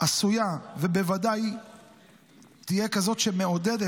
עשויה להיות ובוודאי תהיה כזאת שמעודדת